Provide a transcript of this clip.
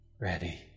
ready